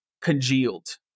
congealed